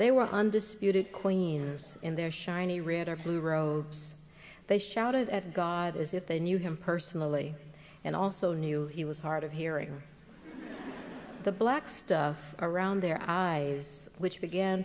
they were undisputed queens in their shiny red or blue row they shouted at god as if they knew him personally and also knew he was hard of hearing the black stuff around their eyes which began